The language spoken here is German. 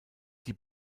die